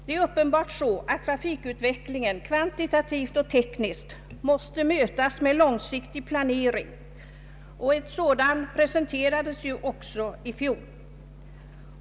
Det är uppenbart så att trafikutvecklingen kvantitativt och tekniskt måste mötas med långsiktig planering, och en sådan presenterades också i fjol.